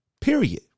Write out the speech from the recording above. Period